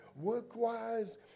work-wise